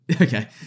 Okay